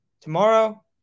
tomorrow